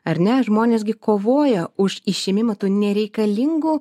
ar ne žmonės gi kovoja už išėmimą tų nereikalingų